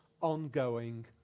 ongoing